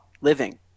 living